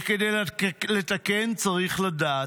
וכדי לתקן צריך לדעת.